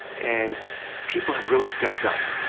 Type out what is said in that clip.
and people have really stepped up.